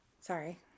Sorry